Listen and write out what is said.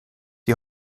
die